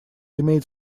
имеет